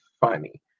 funny